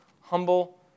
Humble